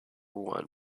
one